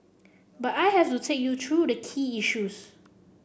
but I have to take you through the key issues